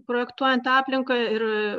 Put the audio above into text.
projektuojant aplinką ir